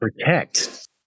protect